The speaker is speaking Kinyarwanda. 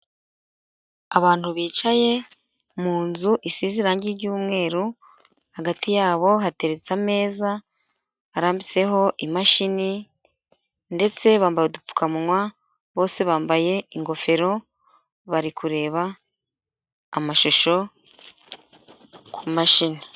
Abantu bicaye mu nzu isize irangi ry'umweru, hagati yabo hateretse ameza arambitseho imashini ndetse bambaye udupfukamunwa bose bambaye ingofero bari kureba amashusho ku mashini.